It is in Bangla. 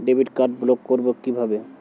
ডেবিট কার্ড ব্লক করব কিভাবে?